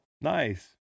Nice